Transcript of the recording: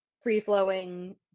free-flowing